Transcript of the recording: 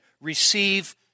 receive